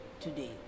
today